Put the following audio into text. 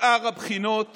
שאר הבחינות